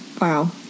Wow